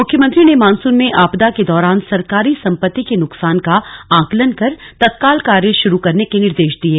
मुख्यमंत्री ने मानसून में आपदा के दौरान सरकारी संपत्ति के नुकसान का आंकलन कर तत्काल कार्य शुरू करने के निर्देश दिये